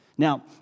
Now